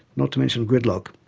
not to mention gridlock.